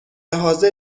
حاضر